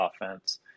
offense